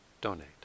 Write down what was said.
donate